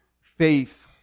faith